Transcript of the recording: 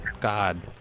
god